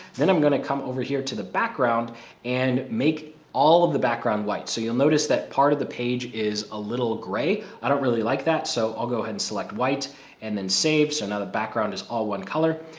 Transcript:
then i'm gonna come over here to the background and make all of the background white. so you'll notice that part of the page is a little grey. i don't really like that, so i'll go ahead and select white and then save. so now the background is all one color.